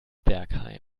bergheim